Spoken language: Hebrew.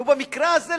ובמקרה הזה,